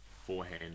forehand